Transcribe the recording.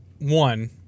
one